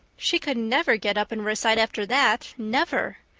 she could never get up and recite after that never.